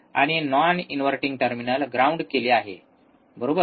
आणि non inverting terminal ground केले आहे बरोबर